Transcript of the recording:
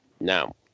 Now